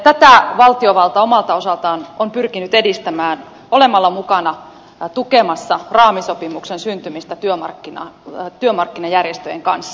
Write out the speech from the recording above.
tätä valtiovalta omalta osaltaan on pyrkinyt edistämään olemalla mukana tukemassa raamisopimuksen syntymistä työmarkkinajärjestöjen kanssa